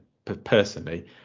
personally